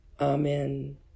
Amen